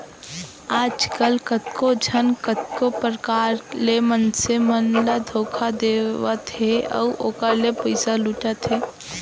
आजकल कतको झन कतको परकार ले मनसे मन ल धोखा देवत हे अउ ओखर ले पइसा लुटत हे